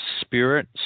spirit